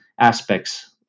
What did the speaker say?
aspects